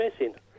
missing